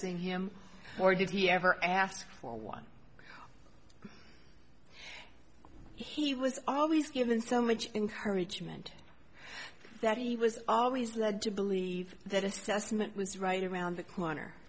stressing him or did he ever ask for one he was always given so much encouragement that he was always led to believe that assessment was right around the corner